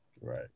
Right